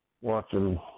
watching